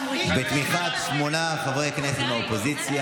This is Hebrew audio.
רבותיי חברי הכנסת,